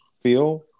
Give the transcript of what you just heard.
feel